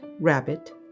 rabbit